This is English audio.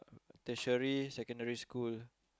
tertiary secondary school